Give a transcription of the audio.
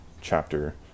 chapter